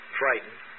frightened